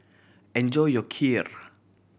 enjoy your Kheer